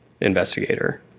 investigator